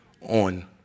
on